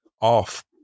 off